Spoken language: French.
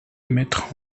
mettre